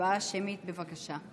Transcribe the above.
הצבעה שמית, בבקשה.